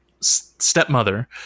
Stepmother